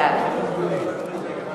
בעד